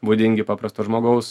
būdingi paprasto žmogaus